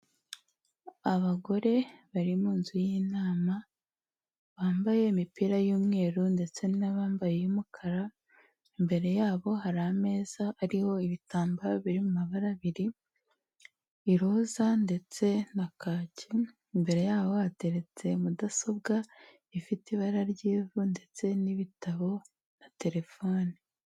Abagore bari mu nzu y'inama bambaye imipira y'umweru ndetse n'abambaye iy'umukara, imbere yabo hari ameza ariho ibitambaro biri mu mabara abiri, iroza ndetse na kaki imbere yabo hateretse mudasobwa ifite ibara ry'ivu ndetse n'ibitabo na telefone.